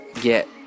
get